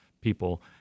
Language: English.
people